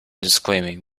disclaiming